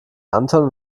anton